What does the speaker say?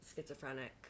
schizophrenic